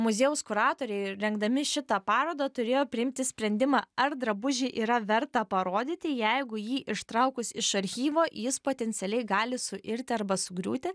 muziejaus kuratoriai rengdami šitą parodą turėjo priimti sprendimą ar drabužį yra verta parodyti jeigu jį ištraukus iš archyvo jis potencialiai gali suirti arba sugriūti